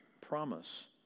promise